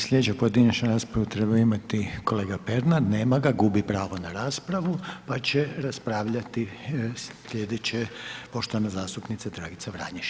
Sljedeća pojedinačna raspravu je trebao imati kolega Pernar, nema ga, gubi pravo na raspravu, pa će raspravljati sljedeće poštovana zastupnica Dragica Vranješ.